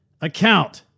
account